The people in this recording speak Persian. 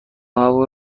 هوا